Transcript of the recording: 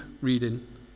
reading